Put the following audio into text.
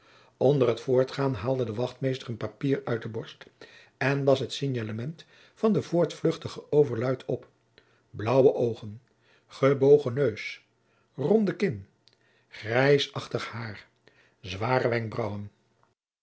onder t voortgaan haalde de wachtmeester een papier uit de borst en las het signalement van den voortvluchtigen overluid op blaauwe oogen gebogen neus ronde kin grijsachtig hair zware wenkbraauwen